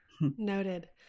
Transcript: noted